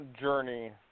journey